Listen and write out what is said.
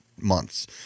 months